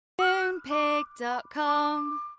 Moonpig.com